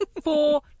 Four